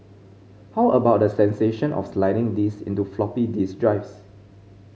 how about the sensation of sliding these into floppy disk drives